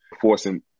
forcing